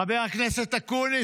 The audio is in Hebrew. חבר הכנסת אקוניס,